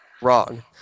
Wrong